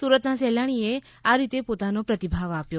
સુરતના સહેલાણીએ આ રીતે પોતાનો પ્રતિભાવ આપ્યો